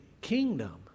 kingdom